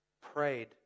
prayed